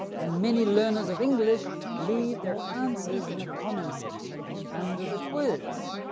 and many learners of english leave their answers in the comments section under the quiz.